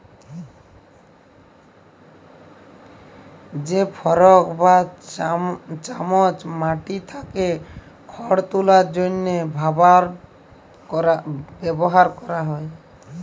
যে ফরক বা চামচ মাটি থ্যাকে খড় তুলার জ্যনহে ব্যাভার ক্যরা হয়